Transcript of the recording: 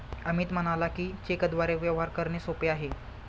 अमित म्हणाला की, चेकद्वारे व्यवहार करणे सोपे आहे